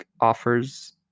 offers